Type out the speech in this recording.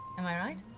am i right?